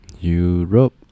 Europe